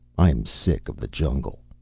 i'm sick of the jungle.